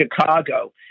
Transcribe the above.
Chicago